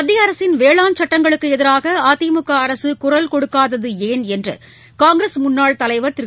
மத்தியஅரசின் வேளாண் சட்டங்களுக்குஎதிராகஅதிமுகஅரசுகுரல் கொடுக்காததுஏன் என்றுகாங்கிரஸ் முன்னாள் தலைவர் திரு